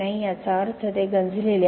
याचा अर्थ ते गंजलेले आहे